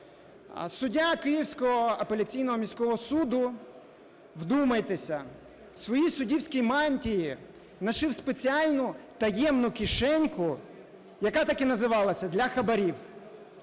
Суддя Київського апеляційного міського суду, вдумайтеся, в своїй суддівській мантії нашив спеціальну таємну кишеньку, яка так і називалася "для хабарів".